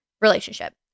relationship